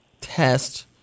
test